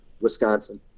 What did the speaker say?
Wisconsin